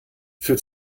für